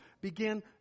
begin